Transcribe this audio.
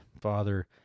Father